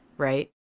Right